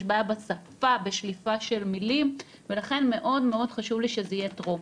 יש בעיה בשפה ובשליפה של מילים ולכן מאוד-מאוד חשוב לי שזה יהיה טרום.